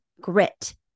grit